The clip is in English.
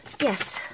Yes